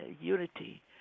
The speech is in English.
Unity